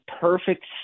perfect